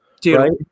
Dude